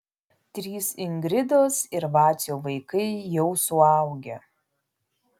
trys ingridos ir vacio vaikai jau suaugę